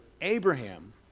Abraham